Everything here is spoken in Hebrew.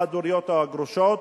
החד-הוריות או הגרושות,